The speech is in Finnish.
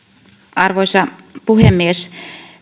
arvoisa puhemies